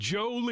Joe